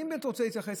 אני באמת רוצה להתייחס.